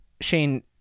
Shane